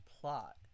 plot